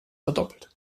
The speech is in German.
verdoppelt